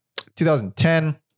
2010